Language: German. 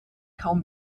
kaum